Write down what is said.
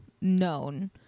known